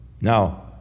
Now